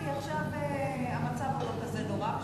כי עכשיו המצב לא כזה נורא",